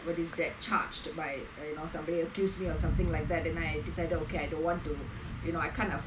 charged by like you know somebody accuse me or something like that and I decided okay I don't want to you know I can't afford